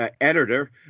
editor